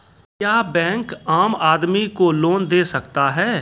क्या बैंक आम आदमी को लोन दे सकता हैं?